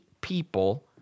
people